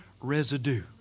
residue